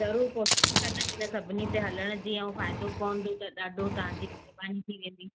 ज़रूरु कोशिशि कंदमि हिन सभिनी ते हलण जी ऐं फ़ाइदो पवंदो त ॾाढो तव्हां जी महिरबानी थी वेंदी